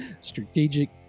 strategic